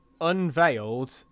unveiled